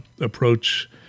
approach